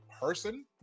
person